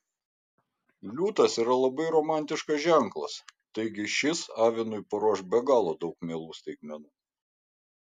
liūtas yra labai romantiškas ženklas taigi šis avinui paruoš be galo daug mielų staigmenų